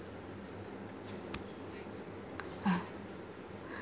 ha